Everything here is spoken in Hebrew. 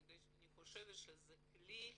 מפני שאני חושבת שזה כלי